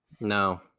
No